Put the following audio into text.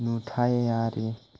नुथायारि